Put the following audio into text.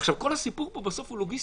עכשיו, כל הסיפור פה בסוף הוא לוגיסטיקה.